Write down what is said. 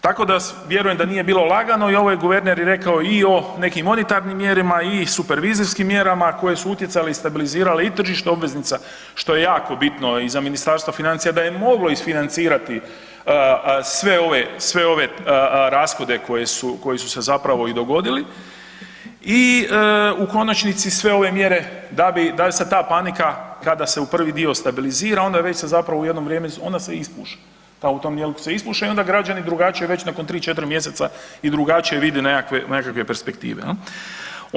Tako da vjerujem da nije bilo lagano i ovaj guverner je rekao i o nekim monetarnim mjerama i supervizijskim mjerama koje su utjecale i stabilizirale i tržište obveznica, što je jako bitno i za Ministarstvo financija da je moglo isfinancirati sve ove, sve ove rashode koji su se zapravo i dogodili i u konačnici sve ove mjere da bi, da bi se ta panika kada se u prvi dio stabilizira onda već se zapravo u jedno vrijeme, ona se ispuše, ta u tom dijelu se ispuše i onda građani drugačije već nakon 3-4 mjeseca i drugačije vide nekakve, nekakve perspektive, jel.